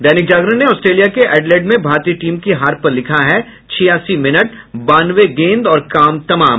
दैनिक जागरण ने आस्ट्रेलिया के एडिलेड में भारतीय टीम की हार पर लिखा है छियासी मिनट बानवे गेंद और काम तमाम